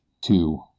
Two